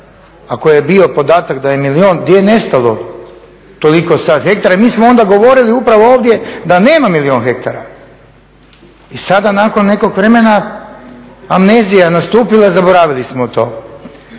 ako je bio podatak da je milijun gdje je nestalo toliko sad hektara? Mi smo onda govorili upravo ovdje da nema milijun hektara. I sada nakon nekog vremena amnezija je nastupila, zaboravili smo to.